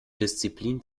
disziplin